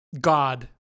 God